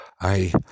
I